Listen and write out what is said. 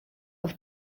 auf